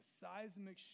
seismic